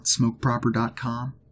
Smokeproper.com